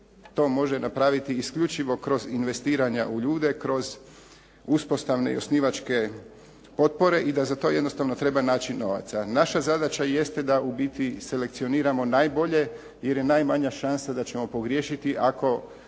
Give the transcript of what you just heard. to može napraviti isključivo kroz investiranja u ljude, kroz uspostavne i osnivačke potpore i da za to jednostavno treba naći novaca. Naša zadaća jeste da u biti selekcioniramo najbolje, jer je najmanja šansa da ćemo pogriješiti ako